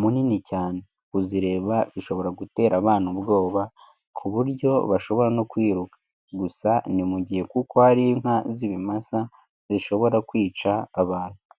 munini cyane, kuzireba bishobora gutera abana ubwoba ku buryo bashobora no kwiruka, gusa ni mu gihe kuko hari inka z'ibimasa, zishobora kwica, abantu.